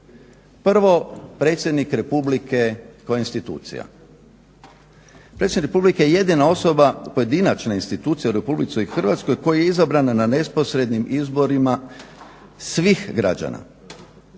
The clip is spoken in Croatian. Prvo predsjednik republike ko institucija. Predsjednik republike je jedina osoba, pojedinačna institucija u Republici Hrvatskoj koji je izabran na neposrednim izborima svih građana.